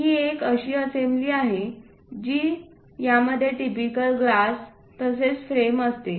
ही एक अशी असेंब्ली आहे जी यामध्ये टिपिकल ग्लास तसेच फ्रेम असते